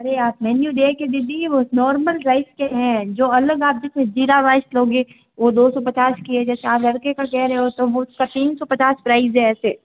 अरे आप मेनू देखिए दीदी वो नॉर्मल राइस के हैं जो अलग आप जैसे जीरा राइस लोगे वो दो सौ पचास की है जैसे आप तड़के का कह रहे हो वो उसका तीन सौ पचास प्राइज है ऐसे